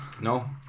No